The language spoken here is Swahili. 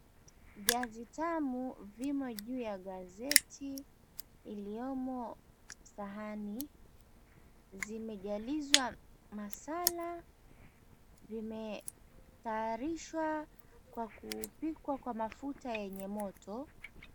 Viazi tamu vimo juu ya gazeti iliyomo sahani. Zimejalizwa masala. Vimetayarishwa kwa kupikwa kwa mafuta yenye moto.